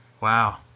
Wow